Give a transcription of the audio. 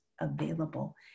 available